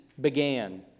began